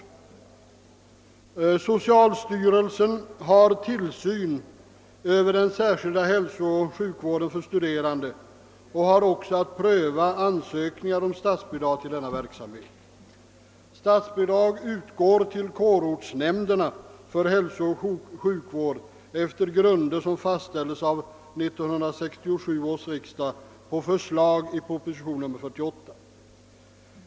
Socialstyrelsen har tillsyn över den särskilda hälsooch sjukvården för studerande och har också att pröva ansökningar om statsbidrag för denna verksamhet. Statsbidrag för hälsooch sjukvård utgår till kårortsnämnderna efter grunder som fastställdes av 1967 års riksdag enligt förslag i proposition nr 48.